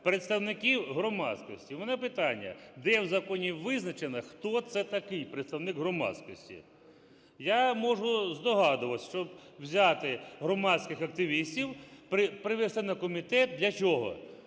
представників громадськості. В мене питання. Де в законі визначено, хто це такий – представник громадськості? Я можу здогадуватися, що взяти громадських активістів, привести на комітет. Для чого?